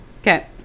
okay